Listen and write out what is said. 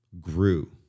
grew